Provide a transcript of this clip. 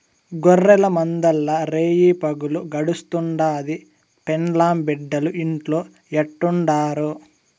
గొర్రెల మందల్ల రేయిపగులు గడుస్తుండాది, పెండ్లాం బిడ్డలు ఇంట్లో ఎట్టుండారో